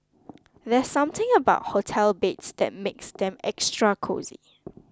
there's something about hotel beds that makes them extra cosy